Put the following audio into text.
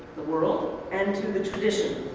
the world, and to the tradition.